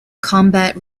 combat